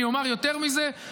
אני אומר יותר מזה,